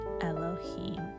Elohim